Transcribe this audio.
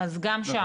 אז גם שם,